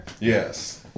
Yes